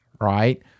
right